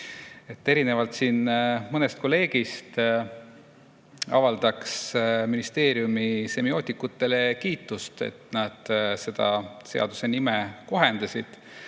Erinevalt siin mõnest kolleegist avaldaks ministeeriumi semiootikutele kiitust, et nad seda seaduse nime kohendasid,